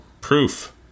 proof